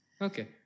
Okay